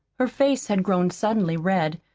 her face had grown suddenly red.